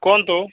କୁହନ୍ତୁ